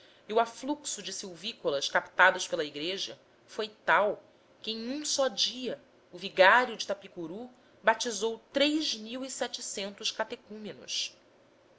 e o afluxo de silvícolas captados pela igreja foi tal que em um só dia o vigário de itapicuru batizou catecúmenos os